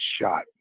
shot